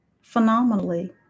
phenomenally